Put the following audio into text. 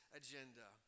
agenda